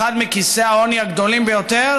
אחד מכיסי העוני הגדולים ביותר